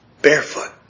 barefoot